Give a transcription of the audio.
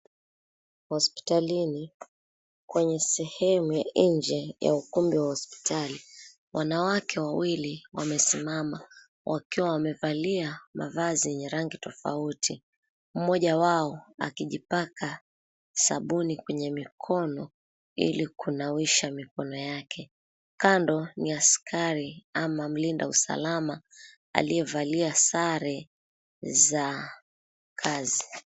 Hospitalini kwenye sehemu ya inje ya ukumbi wa hospitali, wanawake wawili wamesimama wakiwa wamevalia mavazi yenye rangi tofauti. Mmoja wao akijipaka sabuni kwenye mikono ili kunawisha mikono yake. Kando ni askari ama mlinda usalama aliyevalia sare za kazi.